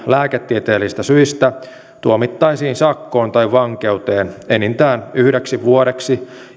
lääketieteellisistä syistä tuomittaisiin sakkoon tai vankeuteen enintään yhdeksi vuodeksi